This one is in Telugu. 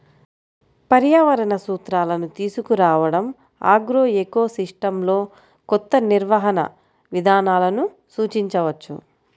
పర్యావరణ సూత్రాలను తీసుకురావడంఆగ్రోఎకోసిస్టమ్లోకొత్త నిర్వహణ విధానాలను సూచించవచ్చు